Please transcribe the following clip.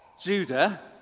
Judah